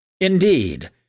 Indeed